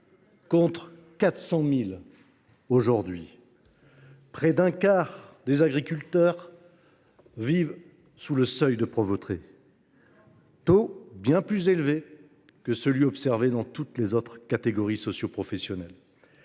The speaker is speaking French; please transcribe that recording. contre 400 000 aujourd’hui. Près d’un quart des agriculteurs vivent sous le seuil de pauvreté, un taux bien plus élevé que dans toutes les autres catégories socioprofessionnelles.